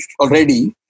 already